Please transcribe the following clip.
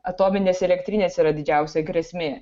atominės elektrinės yra didžiausia grėsmė